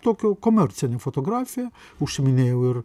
tokio komercinė fotografija užsiiminėjau ir